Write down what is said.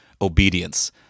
obedience